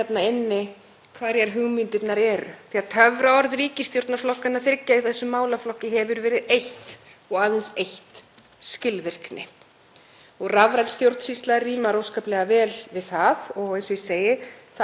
Rafræn stjórnsýsla rímar óskaplega vel við það og eins og ég segi er ágætt að auka aðgengi að þjónustu með því að gera hana rafræna en það breytir því ekki hver veruleikinn er í stefnu ríkisstjórnarinnar gagnvart því fólki sem hingað sækir.